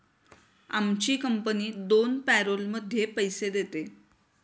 आमची कंपनी दोन पॅरोलमध्ये पैसे देते